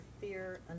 fear